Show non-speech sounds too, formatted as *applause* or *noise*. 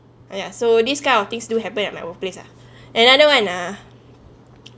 !aiya! so this kind of things do happen at my workplace lah *breath* another one ah